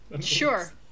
Sure